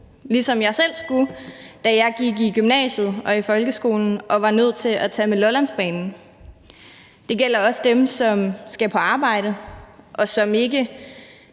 ligesom jeg selv skulle, da jeg gik i gymnasiet og i folkeskolen og var nødt til at tage med Lollandsbanen. Det gælder også dem, som skal på arbejde, og som ikke